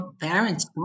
parents